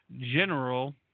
general